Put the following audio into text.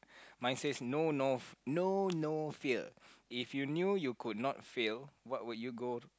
mine says no no f~ no no fear if you knew you could not fail what would you go